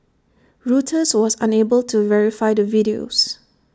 Reuters was unable to verify the videos